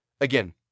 Again